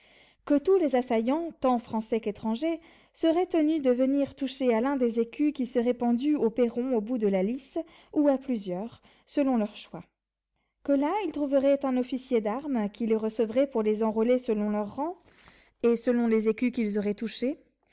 que tous les assaillants tant français qu'étrangers seraient tenus de venir toucher à l'un des écus qui seraient pendus au perron au bout de la lice ou à plusieurs selon leur choix que là ils trouveraient un officier d'armes qui les recevrait pour les enrôler selon leur rang et selon les écus qu'ils auraient touchés